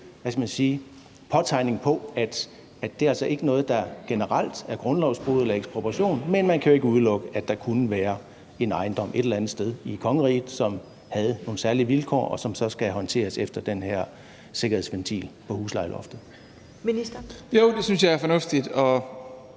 påtegning om, at det altså ikke er noget, der generelt er grundlovsbrud eller ekspropriation, men at man jo ikke kan udelukke, at der kunne være en ejendom et eller andet sted i kongeriget, som havde nogle særlige vilkår, og som så skal håndteres efter den her sikkerhedsventil i huslejeloftet?